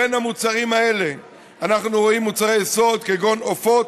בין המוצרים האלה אנחנו רואים מוצרי יסוד כגון עופות,